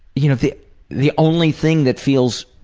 you know the the only thing that feels